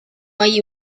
hay